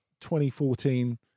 2014